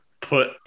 put